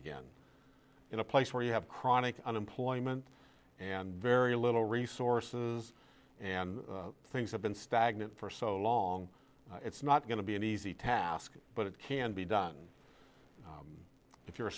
again in a place where you have chronic unemployment and very little resources and things have been stagnant for so long it's not going to be an easy task but it can be done if you're a